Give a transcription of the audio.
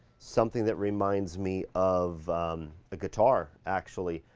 something that reminds me of a guitar, actually.